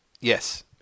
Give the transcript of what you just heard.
Yes